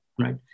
right